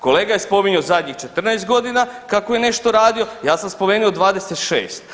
Kolega je spominjao zadnjih 14 godina kako je nešto radio, ja sam spomenuo 26.